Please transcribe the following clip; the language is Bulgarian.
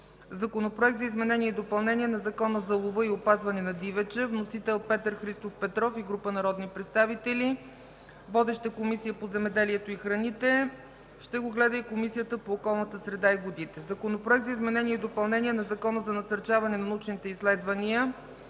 Законопроект за изменение и допълнение на Закона за лова и опазване на дивеча. Вносители – Петър Петров и група народни представители. Водеща е Комисията по земеделието и храните. Разпределен е на Комисията по околната среда и водите. Законопроект за изменение и допълнение на Закона за насърчаване на научните изследвания.